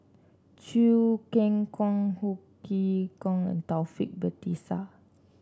Chew Kheng Chuan Ho Chee Kong and Taufik Batisah